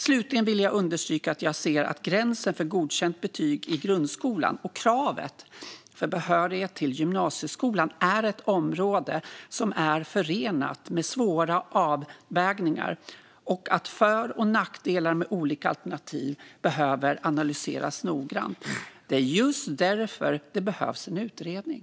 Slutligen vill jag understryka att jag ser att gränsen för godkänt betyg i grundskolan och kraven för behörighet till gymnasieskolan är ett område som är förenat med svåra avvägningar och att för och nackdelar med olika alternativ behöver analyseras noggrant. Det är just därför det behövs en utredning.